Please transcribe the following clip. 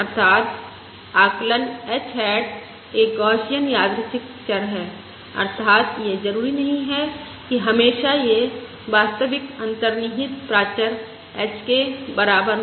अर्थात आकलन h hat एक गौसियन यादृच्छिक चर है अर्थात यह जरूरी नहीं कि हमेशा यह वास्तविक अंतर्निहित प्राचर h के बराबर हो